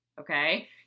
okay